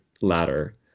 ladder